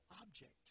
object